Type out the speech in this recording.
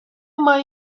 mãe